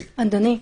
אדוני,